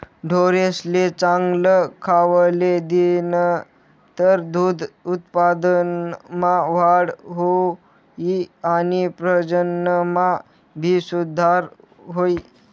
ढोरेसले चांगल खावले दिनतर दूध उत्पादनमा वाढ हुई आणि प्रजनन मा भी सुधार हुई